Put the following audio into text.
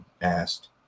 asked